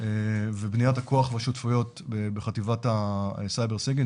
ובניית הכוח והשותפויות בחטיבת הסייבר סיגינט,